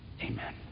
Amen